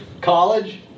College